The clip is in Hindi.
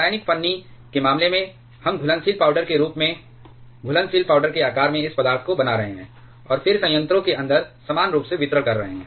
रासायनिक फन्नी के मामले में हम घुलनशील पाउडर के रूप में घुलनशील पाउडर के आकार में इस पदार्थ को बना रहे हैं और फिर संयंत्रों के अंदर समान रूप से वितरण कर रहे हैं